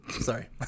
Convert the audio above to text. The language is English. Sorry